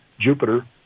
Jupiter